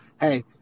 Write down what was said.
hey